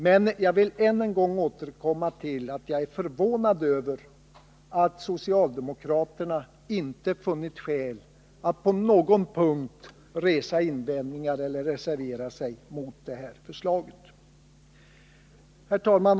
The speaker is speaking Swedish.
Men jag vill än en gång återkomma till att jag är förvånad över att socialdemokraterna inte funnit skäl att på någon punkt resa invändningar eller reservera sig mot detta förslag. Herr talman!